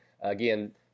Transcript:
Again